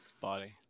Body